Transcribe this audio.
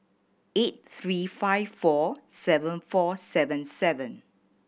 eight three five four seven four seven seven